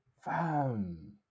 Fam